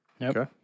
Okay